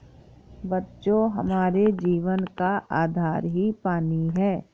बच्चों हमारे जीवन का आधार ही पानी हैं